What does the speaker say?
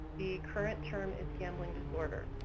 the current term is gambling disorder.